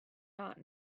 not